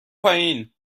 پایین